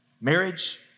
marriage